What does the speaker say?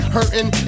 Hurting